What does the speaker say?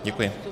Děkuji.